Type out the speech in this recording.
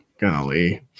Golly